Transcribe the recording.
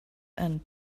and